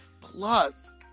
plus